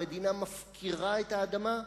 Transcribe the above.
המדינה מפקירה את האדמה.